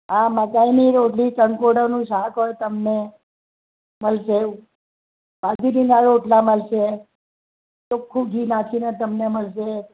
આ મકાઇની રોટલી કંકોડાનું શાક હોય તમને મળશે બાજરીના રોટલાં મળશે ચોખ્ખું ઘી નાખીને તમને મળશે